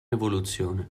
evoluzione